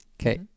Okay